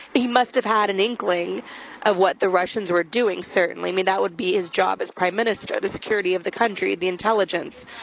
he must've had an inkling of what the russians were doing. certainly i mean, that would be his job as prime minister. the security of the country, the intelligence.